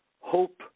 hope